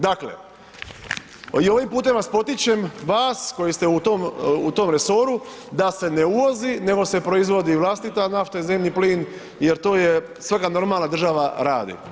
Dakle, i ovim putem vas potičem, vas koji ste u tom resoru da se ne uvozi nego se proizvodi vlastita nafta i zemni plin jer to je svaka normalna država radi.